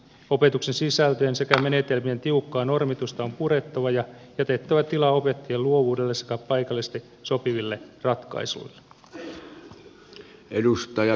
opetuksen sisältöjen sekä menetelmien tiukkaa normitusta on purettava ja jätettävä tilaa opettajien luovuudelle sekä paikallisesti sopiville ratkaisuille